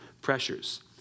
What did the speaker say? pressures